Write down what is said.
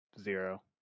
Zero